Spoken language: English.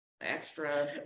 extra